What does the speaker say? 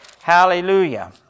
Hallelujah